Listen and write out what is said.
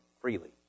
freely